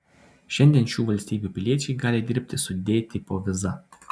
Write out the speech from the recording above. šiandien šių valstybių piliečiai gali dirbti su d tipo viza